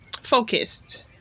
focused